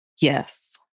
Yes